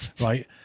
right